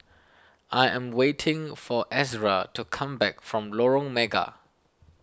I am waiting for Ezra to come back from Lorong Mega